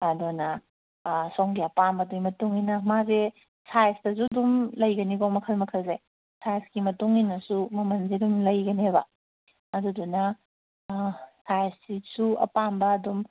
ꯑꯗꯨꯅ ꯁꯣꯝꯒꯤ ꯑꯄꯥꯝꯕꯗꯨꯒꯤ ꯃꯇꯨꯡ ꯏꯟꯅ ꯃꯥꯁꯦ ꯁꯥꯏꯖꯇꯁꯨ ꯑꯗꯨꯝ ꯂꯩꯒꯅꯦꯕ ꯃꯈꯜ ꯃꯈꯜꯁꯦ ꯁꯥꯏꯖꯀꯤ ꯃꯇꯨꯡ ꯏꯟꯅꯁꯨ ꯃꯃꯜꯁꯦ ꯑꯗꯨꯝ ꯂꯩꯒꯅꯦꯕ ꯑꯗꯨꯗꯨꯅ ꯁꯥꯏꯖꯁꯤꯁꯨ ꯑꯄꯥꯝꯕ ꯑꯗꯨꯝ